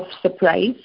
surprise